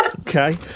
Okay